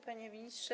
Panie Ministrze!